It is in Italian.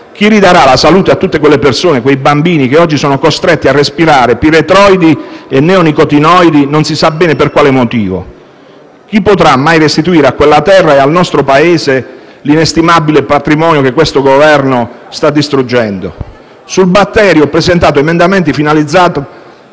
Chi ridarà la salute a tutte quelle persone e a quei bambini che oggi sono costretti a respirare piretroidi e neonicotinoidi non si sa bene per quale motivo? Chi potrà mai restituire a quella terra e al nostro Paese l'inestimabile patrimonio che questo Governo sta distruggendo?